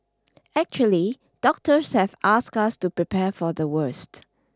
actually doctors have asked us to prepare for the worst